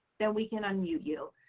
then we can unmute you.